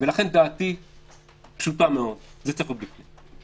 לכן דעתי פשוטה מאוד, זה צריך להיות בפנים.